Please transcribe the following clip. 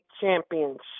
Championship